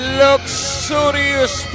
luxurious